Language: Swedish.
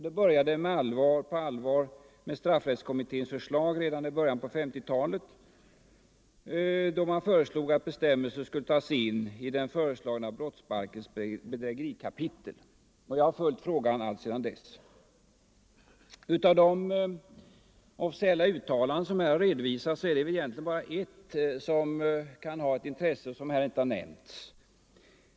Det började på allvar med straffrättskommitténs förslag redan i början av 1950-talet, som gick ut på att bestämmelser skulle tas in i den föreslagna brottsbalkens bedrägerikapitel. Jag har följt frågan alltsedan dess. Av de officiella uttalanden, som gjorts, är det väl bara ett av intresse som inte har nämnts.